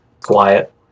quiet